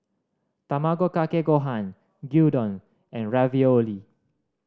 Tamago Kake Gohan Gyudon and Ravioli